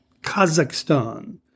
Kazakhstan